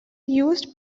used